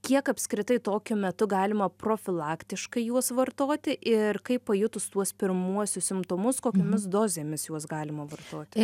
kiek apskritai tokiu metu galima profilaktiškai juos vartoti ir kaip pajutus tuos pirmuosius simptomus kokiomis dozėmis juos galima vartoti